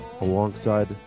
alongside